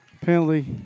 penalty